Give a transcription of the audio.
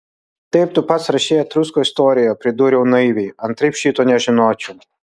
taip tu pats rašei etruskų istorijoje pridūriau naiviai antraip šito nežinočiau